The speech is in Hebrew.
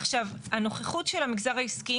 עכשיו, הנוכחות של המגזר העסקי